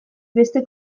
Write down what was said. beste